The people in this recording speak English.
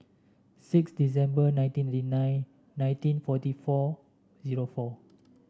six December nineteen nine nineteen forty four zero four